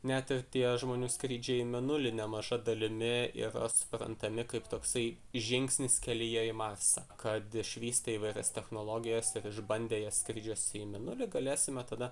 net ir tie žmonių skrydžiai į mėnulį nemaža dalimi yra suprantami kaip toksai žingsnis kelyje į marsą kad išvystę įvairias technologijas ir išbandę jas skrydžiuose į mėnulį galėsime tada